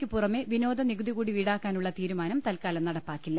ക്കുപുറമെ വിനോദനി കുതികൂടി ഈടാക്കാനുള്ള തീരുമാനം തൽക്കാലം നടപ്പാക്കില്ല